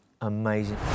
amazing